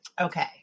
okay